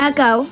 Echo